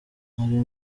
ari